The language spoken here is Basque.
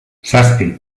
zazpi